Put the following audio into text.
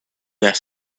that